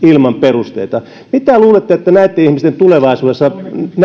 ilman perusteita mitä luulette miltä näitten ihmisten tulevaisuudennäkymä